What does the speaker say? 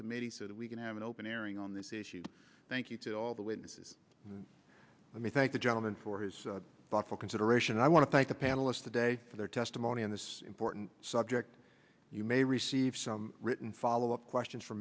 committee so that we can have an open airing on this issue thank you to all the waitresses and let me thank the gentleman for his thoughtful consideration i want to thank the panelists today for their testimony on this important subject you may receive some written follow up questions f